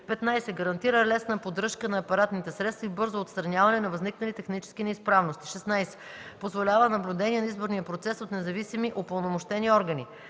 15. гарантира лесна поддръжка на апаратните средства и бързо отстраняване на възникнали технически неизправности; 16. позволява наблюдение на изборния процес от независими упълномощени органи;